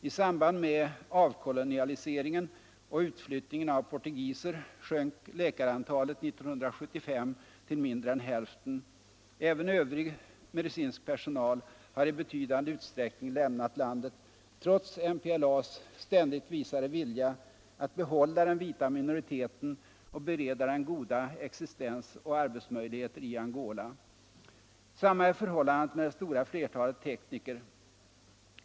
I samband med avkoloniseringen och utflyttningen av portugiser sjönk läkarantalet 1975 till mindre än hälften. Även övrig medicinsk personal har i betydande utsträckning lämnat landet, trots MPLA:s ständigt visade vilja att behålla den vita minoriteten och bereda den goda existensoch arbetsmöjligheter i Angola. Samma är förhållandet med det stora flertalet tekniker.